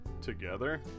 Together